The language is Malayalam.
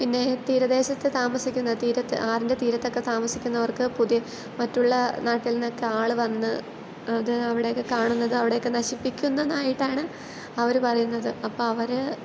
പിന്നെ തീരദേശത്ത് താമസിക്കുന്ന തീരത്ത് ആറിൻ്റെ തീരത്തൊക്കെ താമസിക്കുന്നവർക്ക് പുതിയ മറ്റുള്ള നാട്ടിൽ നിന്നൊക്കെ ആൾ വന്ന് അത് അവിടെയൊക്കെ കാണുന്നത് അവിടെയൊക്കെ നശിപ്പിക്കുന്നതായിട്ടാണ് അവർ പറയുന്നത് അപ്പോൾ അവർ